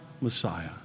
Messiah